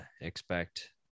expect